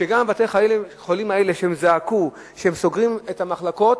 שגם בבתי-החולים האלה שזעקו שהם סוגרים את המחלקות,